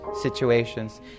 situations